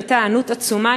הייתה היענות עצומה,